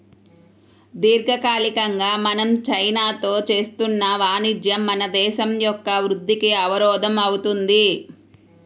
దీర్ఘకాలికంగా మనం చైనాతో చేస్తున్న వాణిజ్యం మన దేశం యొక్క వృద్ధికి అవరోధం అవుతుంది